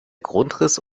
grundriss